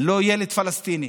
לא ילד פלסטיני,